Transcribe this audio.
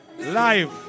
Live